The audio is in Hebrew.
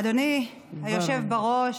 אדוני היושב-ראש,